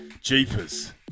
jeepers